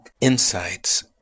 insights